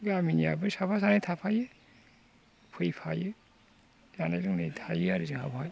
गामिनियाबो साफा सानै थाफायो फैफायो जानाय लोंनाय थायो आरो जाहा बेवहाय